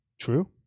True